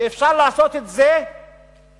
ואפשר לעשות את זה ככה